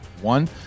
one